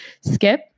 skip